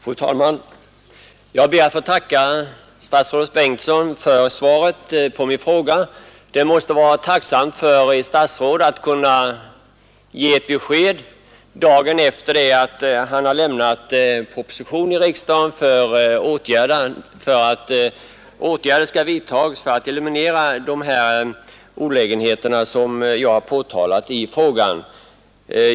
Fru talman! Jag ber att få tacka statsrådet Bengtsson för svaret på min fråga. Det måste vara tacksamt för ett statsråd att kunna ge ett besked dagen efter det att han lämnat en proposition till riksdagen om åtgärder för att eliminera de olägenheter jag påtalat i min fråga.